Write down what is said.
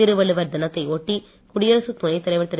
திருவள்ளுவர் தினத்தை ஒட்டி குடியரசுத் துணைத்தலைவர் திரு